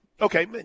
Okay